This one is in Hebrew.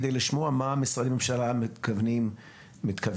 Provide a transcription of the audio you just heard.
כדי לשמוע מה משרדי הממשלה מתכוונים לעשות.